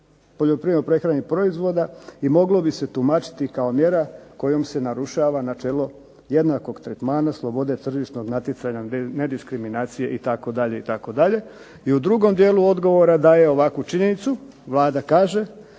poljoprivredno-prehrambenih proizvoda i moglo bi se tumačiti kao mjera kojom se narušava načelo jednakog tretmana, slobode tržišnog natjecanja, nediskriminacije itd. itd. I u drugom dijelu odgovora daje ovakvu činjenicu, Vlada kaže